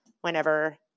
whenever